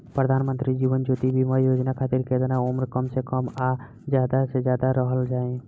प्रधानमंत्री जीवन ज्योती बीमा योजना खातिर केतना उम्र कम से कम आ ज्यादा से ज्यादा रहल चाहि?